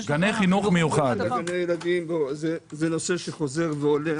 זה שאלות שחוזרות ותשובות שחוזרות.